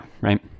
Right